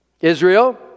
Israel